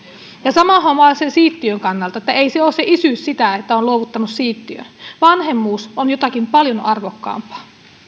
sama homma on sen siittiön kannalta ei se isyys ole sitä että on luovuttanut siittiön vanhemmuus on jotakin paljon arvokkaampaa